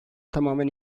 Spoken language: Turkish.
tamamen